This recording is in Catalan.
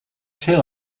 ser